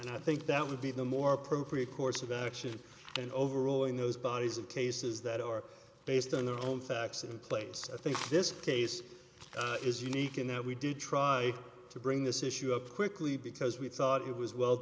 and i think that would be the more appropriate course of action and overall in those bodies of cases that are based on their own facts in place i think this case is unique in that we did try to bring this issue up quickly because we thought it was well